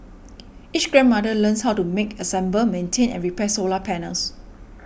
each grandmother learns how to make assemble maintain and repair solar panels